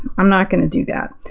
i'm not going to do that.